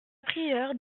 prieure